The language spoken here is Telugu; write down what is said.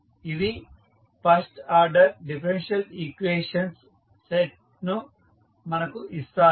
ఇవి first order differential equations set ను మనకు ఇస్తాయి